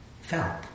felt